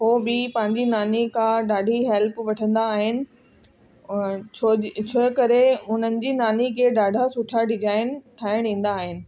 उहे बि पंहिंजी नानी खां ॾाढी ई हैल्प वठंदी आहिनि और छोजा करे हुननि जी नानी खे ॾाढा सुठा डिजाइन ठाहिण ईंदा आहिनि